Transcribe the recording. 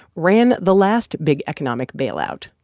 ran the last big economic bailout,